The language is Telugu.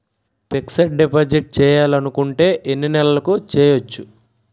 ఫిక్సడ్ డిపాజిట్ చేయాలి అనుకుంటే ఎన్నే నెలలకు చేయొచ్చు?